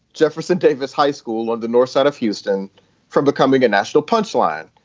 jefferson davis high school on the north side of houston from becoming a national punchline.